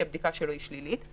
כי הבדיקה שלו לכאורה שלילית.